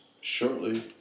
shortly